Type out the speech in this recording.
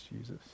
Jesus